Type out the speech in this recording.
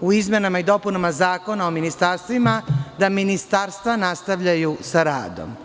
u izmenama i dopunama Zakona o ministarstvima, da ministarstva nastavljaju sa radom?